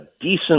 decent